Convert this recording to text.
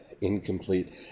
incomplete